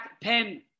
pen